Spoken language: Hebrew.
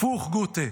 הפוך, גוטה,